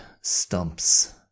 stumps